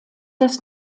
das